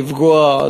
לפגוע,